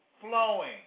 flowing